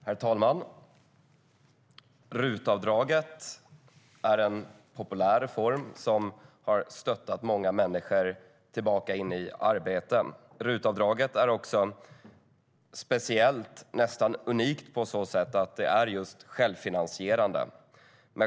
Herr talman! RUT-avdraget är en populär reform som har stöttat många människor tillbaka in i arbete. RUT-avdraget är också speciellt, nästan unikt, på så sätt att det är just självfinansierande.